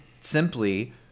simply